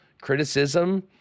criticism